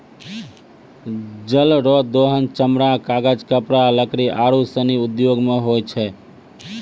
जल रो दोहन चमड़ा, कागज, कपड़ा, लकड़ी आरु सनी उद्यौग मे होय छै